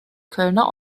kölner